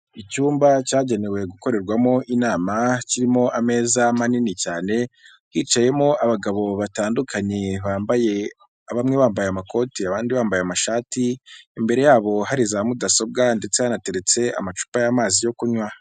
Icyumba cyagenewe gukorerwamo inama kirimo ameza manini cyane hicayemo abagabo batandukanye, bambaye bamwe bambaye amakoti abandi bambaye amashati, imbere yabo hari za mudasobwa ndetse hanateretse amacupa y'amazi yo kunywa.